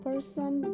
Person